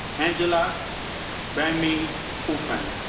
angela baimei fufeng.